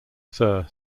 sir